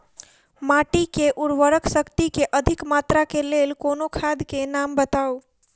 माटि मे उर्वरक शक्ति केँ अधिक मात्रा केँ लेल कोनो खाद केँ नाम बताऊ?